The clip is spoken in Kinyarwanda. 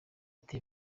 ati